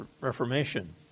Reformation